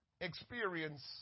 experience